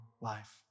life